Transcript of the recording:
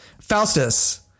Faustus